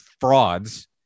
frauds